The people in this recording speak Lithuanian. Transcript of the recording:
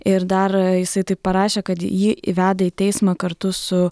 ir dar jisai taip parašė kad jį veda į teismą kartu su